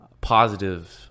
positive